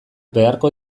beharko